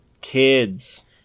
Kids